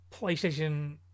PlayStation